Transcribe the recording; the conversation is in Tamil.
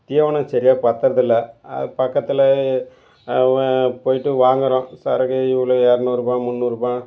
தீவனம் சரியாக பத்தறதில்ல அது பக்கத்தில் போய்ட்டு வாங்குகிறோம் சரக்கு இவ்வளோ எரநூறுபா முந்நூறுபா